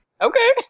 okay